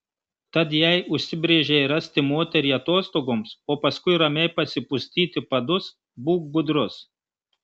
tad jei užsibrėžei rasti moterį atostogoms o paskui ramiai pasipustyti padus būk budrus